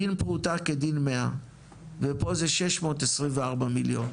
דין פרוטה כדין מאה ופה זה 624 מיליון,